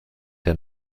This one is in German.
der